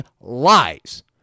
lies